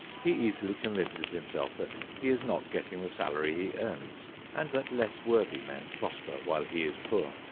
he easily convinces himself that he is not getting the salary he earns and that less worthy men prosper while he is poor.